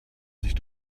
sich